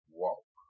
walk